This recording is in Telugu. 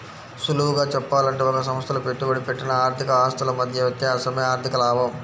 సులువుగా చెప్పాలంటే ఒక సంస్థలో పెట్టుబడి పెట్టిన ఆర్థిక ఆస్తుల మధ్య వ్యత్యాసమే ఆర్ధిక లాభం